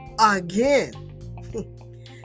again